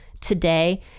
today